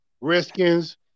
Redskins